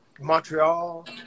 Montreal